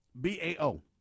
b-a-o